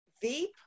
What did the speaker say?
Veep